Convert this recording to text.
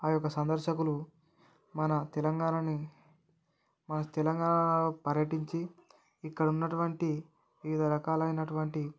ఆ యొక్క సందర్శకులు మన తెలంగాణని మన తెలంగాణలో పర్యటించి ఇక్కడ ఉన్నటువంటి వివిధ రకాలైనటువంటి